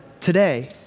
today